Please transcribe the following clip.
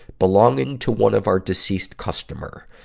belonging to one of our deceased customer.